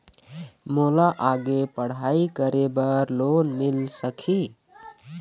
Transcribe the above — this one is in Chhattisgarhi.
मोला आगे पढ़ई करे बर लोन मिल सकही?